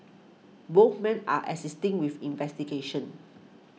both men are assisting with investigations